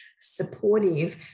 supportive